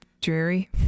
dreary